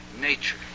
nature